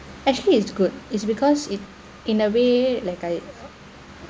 actually is good it's because it in a way like I